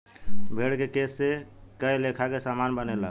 भेड़ के केश से कए लेखा के सामान बनेला